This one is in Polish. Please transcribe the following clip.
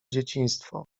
dzieciństwo